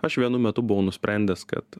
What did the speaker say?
aš vienu metu buvau nusprendęs kad